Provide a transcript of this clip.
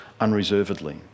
unreservedly